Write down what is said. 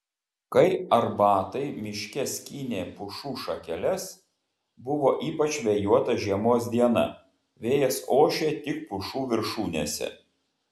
kai arbatai miške skynė pušų šakeles buvo ypač vėjuota žiemos diena vėjas ošė tik pušų viršūnėse